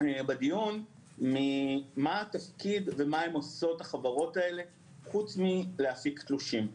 בדיון ממה התפקיד וממה עושות החברות האלה חוץ מלהפיק תלושים.